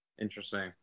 Interesting